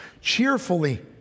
cheerfully